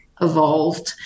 evolved